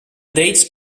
dates